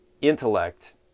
intellect